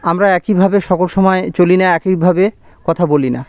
আমরা একইভাবে সকল সময় চলি না একইভাবে কথা বলি না